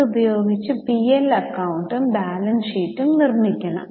ഇത് ഉപയോഗിച്ച് P L അക്കൌണ്ടും ബാലൻസ് ഷീറ്റും നിർമിക്കണം